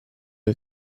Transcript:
che